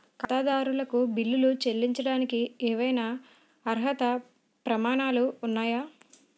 ఖాతాదారులకు బిల్లులు చెల్లించడానికి ఏవైనా అర్హత ప్రమాణాలు ఉన్నాయా?